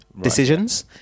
decisions